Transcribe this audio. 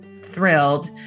thrilled